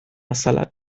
azala